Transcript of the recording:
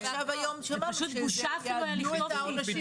ועדיין ככל שיש תקרות ואנחנו יודעים לקדם אותן ב-1:4 אז